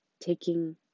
taking